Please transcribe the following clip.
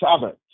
Sabbath